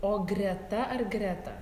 o greta ar greta